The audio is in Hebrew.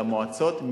למועצות,